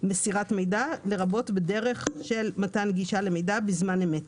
"מסירת מידע" לרבות בדרך של מתן גישה למידע בזמן אמת.